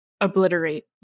obliterate